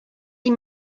sie